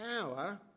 power